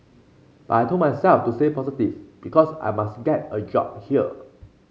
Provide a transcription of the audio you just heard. but I told myself to stay positive because I must get a job here